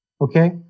Okay